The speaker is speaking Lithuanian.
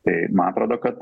tai man atrodo kad